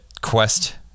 Quest